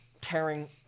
tearing